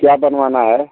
क्या बनवाना है